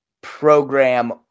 program